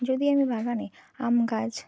যদি আমি বাগানে আম গাছ